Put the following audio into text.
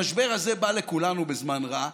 המשבר הזה בא לכולנו בזמן רע,